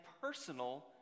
personal